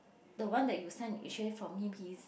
the one that you send actually from him he's